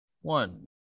one